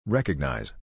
Recognize